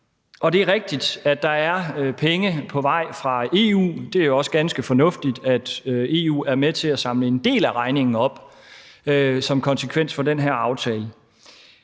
Og det er rigtigt, at der er penge på vej fra EU; det er også ganske fornuftigt, at EU er med til at samle en del af regningen op som konsekvens af den her aftale.